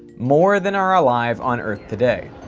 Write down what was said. more than are alive on earth today.